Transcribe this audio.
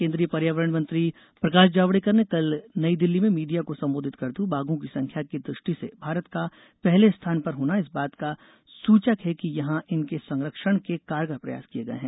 केन्द्रीय पर्यावरण मंत्री प्रकाश जावडेकर ने कल नई दिल्ली में मीडिया को संबोधित करते हुए बाघों की संख्या की दृष्टि से भारत का पहले स्थान पर होना इस बात का सुचक है कि यहां इनके संरक्षण के कारगर प्रयास किए गए हैं